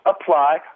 apply